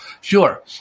Sure